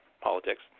politics